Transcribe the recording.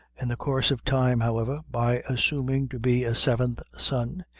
in the course of time, however, by assuming to be a seventh son,